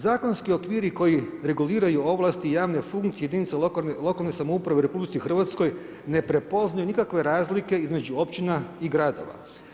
Zakonski okviri koji reguliraju ovlasti i javne funkcije jedinica lokalne samouprave u RH ne prepoznaju nikakve razlike između općina i gradova.